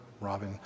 Robin